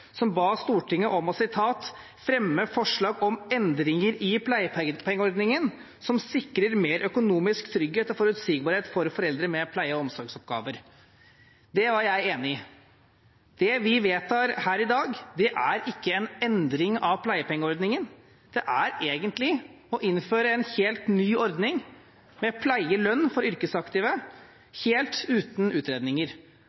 som ba Stortinget om å: «fremme forslag om endringer i pleiepengeordningen som sikrer mer økonomisk trygghet og forutsigbarhet for foreldre med pleie- og omsorgsoppgaver». Det var jeg enig i. Det vi vedtar her i dag, er ikke en endring av pleiepengeordningen. Det er egentlig å innføre en helt ny ordning med pleielønn for